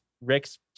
Rick's